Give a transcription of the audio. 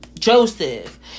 Joseph